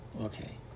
Okay